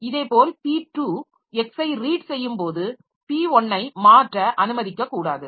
இதேபோல் p2 x ஐ read செய்யும்போது p1 ஐ மாற்ற அனுமதிக்கக்கூடாது